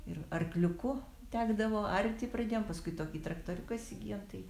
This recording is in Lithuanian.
ir arkliuku tekdavo arti pradėjom paskui tokį traktoriuką įsigijom tai